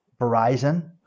Verizon